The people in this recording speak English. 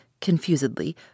confusedly